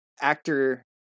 actor